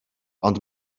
ond